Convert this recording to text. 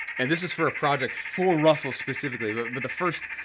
and this is for a project for russell specifically, but the first,